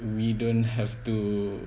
we don't have to